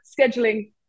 scheduling